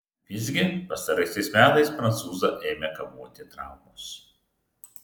visgi pastaraisiais metais prancūzą ėmė kamuoti traumos